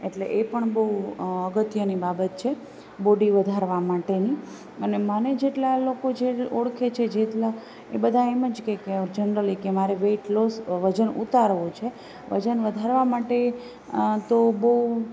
એટલે એ પણ બહું અગત્યની બાબત છે બોડી વધારવાં માટેની અને મને જેટલાં લોકો જે ઓળખે છે જેટલાં એ બધાં એમ જ કહે કે જનરલી કે મારે વેટ લોસ વજન ઉતારવો છે વજન વધારવાં માટે તો બહું